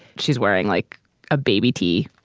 she's wearing like a baby teeth